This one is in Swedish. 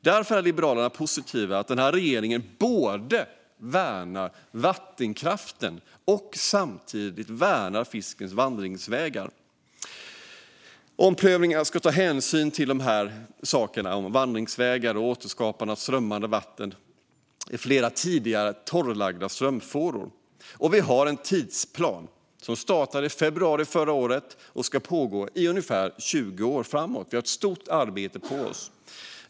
Därför är Liberalerna positiva till att den här regeringen både värnar vattenkraften och samtidigt värnar fiskens vandringsvägar. Omprövningar ska ta hänsyn till dessa saker - vandringsvägar och återskapande av strömmande vatten i flera tidigare torrlagda strömfåror. Och vi har en tidsplan, som startade i februari förra året och ska gälla i ungefär 20 år framåt. Vi har ett stort arbete framför oss.